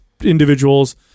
individuals